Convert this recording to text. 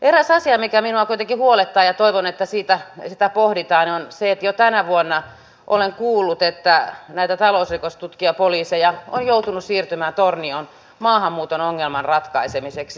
eräs asia mikä minua kuitenkin huolettaa ja toivon että sitä pohditaan on se että jo tänä vuonna olen kuullut että näitä talousrikostutkijapoliiseja on joutunut siirtymään tornioon maahanmuuton ongelman ratkaisemiseksi